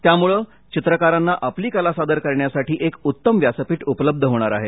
त्यामुळे चित्रकारांना आपली कला सादर करण्यासाठी एक उत्तम व्यासपीठ उपलब्ध होणार आहे